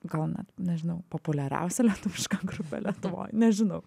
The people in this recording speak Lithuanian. gal net nežinau populiariausia lietuviška grupė lietuvoj nežinau